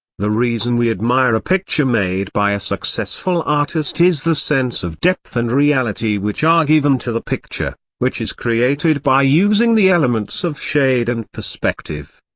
the reason we admire a picture made by a successful artist is the sense of depth and reality which are given to the picture, which is created by using the elements of shade and perspective.